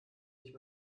nicht